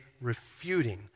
refuting